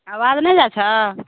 आबाज नहि जाइ छौ